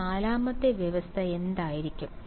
ആ നാലാമത്തെ വ്യവസ്ഥ എന്തായിരിക്കും